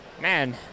Man